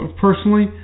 personally